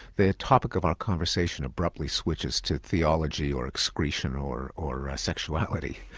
the topic of our conversation abruptly switches to theology or excretion or or sexuality.